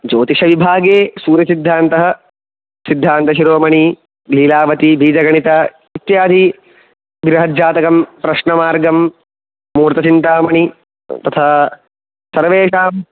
ज्योतिषविभागे सूर्यसिद्धान्तः सिद्धान्तशिरोमणिः लीलावती बीजगणित इत्यादि बृहज्जातकं प्रश्नमार्गं मूहूर्तचिन्तामणि तथा सर्वेषां